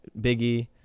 Biggie